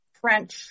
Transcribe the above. French